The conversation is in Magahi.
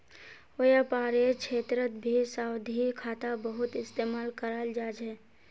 व्यापारेर क्षेत्रतभी सावधि खाता बहुत इस्तेमाल कराल जा छे